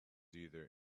either